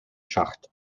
schacht